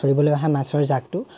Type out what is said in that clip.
চৰিবলৈ অহা মাছৰ জাকটো